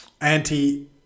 anti